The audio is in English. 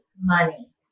money